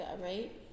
right